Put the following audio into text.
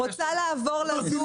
חברים, אני רוצה לעבור לזום.